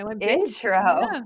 intro